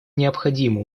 необходимо